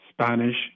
Spanish